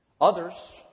Others